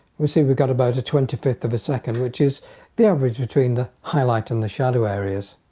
we see we got about a twenty-fifth of a second which is the average between the highlight and the shadow areas.